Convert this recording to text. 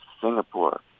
Singapore